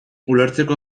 ulertzeko